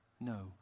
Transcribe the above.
No